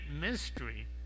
mystery